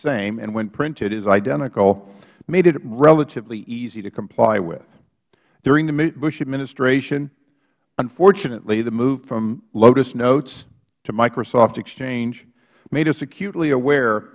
same and when printed is identical made it relatively easy to comply with during the bush administration unfortunately the move from lotus notes to microsoft exchange made us acutely aware